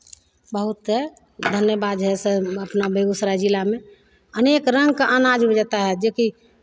बहुत धन्यबाद जे हइ से अपना बेगूसराय जिलामे अनेक रङ्गके अनाज उपजता है जेकि